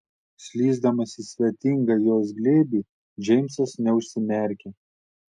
slysdamas į svetingą jos glėbį džeimsas neužsimerkė